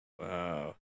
Wow